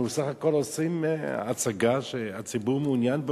אנחנו בסך הכול עושים הצגה שהציבור מעוניין בה.